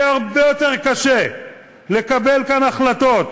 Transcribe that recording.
יהיה הרבה יותר קשה לקבל כאן החלטות,